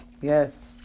Yes